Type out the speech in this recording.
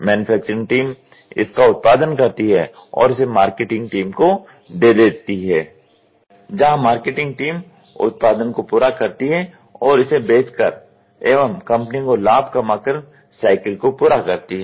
manufacturing team इसका उत्पादन करती है और इसे मार्केटिंग टीम को दे देती है जहां मार्केटिंग टीम उत्पाद को पूरा करती है और इसे बेचकर एवं कंपनी को लाभ कमाकर साइकिल को पूरा करती है